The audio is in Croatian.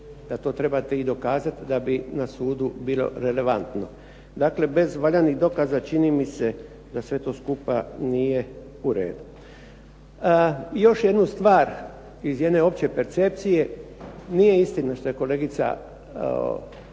da to trebate i dokazati da bi na sudu bilo relevantno. Dakle bez valjanih dokaza čini mi se da sve to skupa nije u redu. Još jednu stvar iz jedne opće percepcije. Nije istina što je kolegica